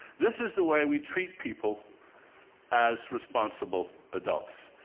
this is the way we treat people as responsible adults.